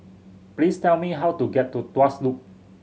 please tell me how to get to Tuas Loop